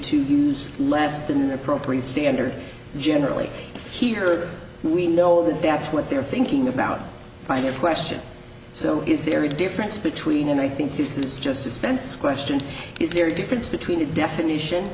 to use less than an appropriate standard generally here or we know that that's what they're thinking about final question so is there a difference between and i think this is just dispense question is there a difference between a definition